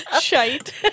Shite